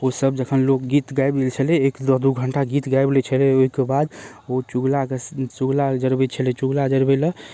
ओसब जखनि लोकगीत गाबि लै छलै एक दू घण्टा गीत गाबि लै छलै ओहिके बाद ओ चुगलाके चुगलाके जरबैत छलै चुगला जरबै लऽ